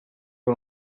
que